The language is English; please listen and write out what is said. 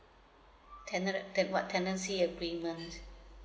tenant uh about tenancy agreement